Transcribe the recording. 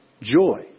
joy